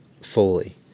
Fully